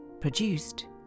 produced